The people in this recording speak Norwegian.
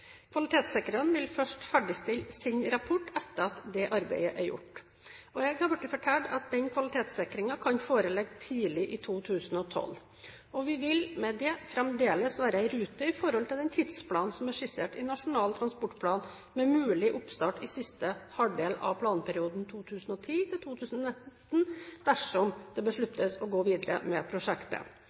vil først ferdigstille sin rapport etter at dette arbeidet er gjort. Jeg er blitt fortalt at den kvalitetssikringen kan foreligge tidlig i 2012. Vi vil med det fremdeles være i rute i forhold til den tidsplanen som er skissert i Nasjonal transportplan med mulig oppstart i siste halvdel av planperioden 2010–2019 dersom det besluttes å gå videre med prosjektet.